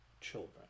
children